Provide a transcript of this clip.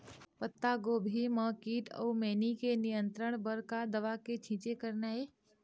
पत्तागोभी म कीट अऊ मैनी के नियंत्रण बर का दवा के छींचे करना ये?